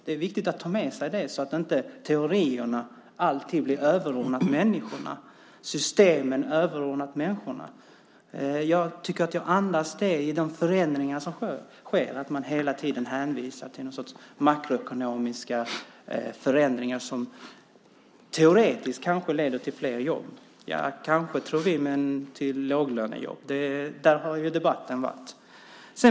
Det är viktigt att ta med sig det, så att inte teorierna alltid blir överordnade människorna - systemen överordnade människorna. Jag tycker att de förändringar som sker andas det: Man hänvisar hela tiden till någon sorts makroekonomiska förändringar som teoretiskt kanske leder till fler jobb. Ja, det gör de kanske, tror vi, men då till låglönejobb. Det har ju debatten handlat om.